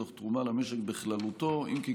תוך תרומה למשק בכללותו אם כי,